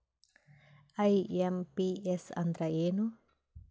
IMPS ಅಂದ್ರ ಏನು?